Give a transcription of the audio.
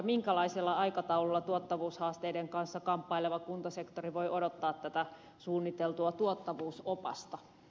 minkälaisella aikataululla tuottavuushaasteiden kanssa kamppaileva kuntasektori voi odottaa tätä suunniteltua tuottavuusopasta